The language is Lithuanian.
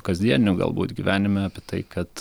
kasdienių galbūt gyvenime apie tai kad